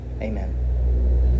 Amen